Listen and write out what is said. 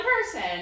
person